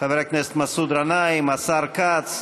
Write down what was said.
חבר הכנסת מסעוד גנאים, השר כץ,